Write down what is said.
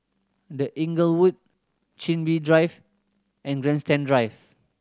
The Inglewood Chin Bee Drive and Grandstand Drive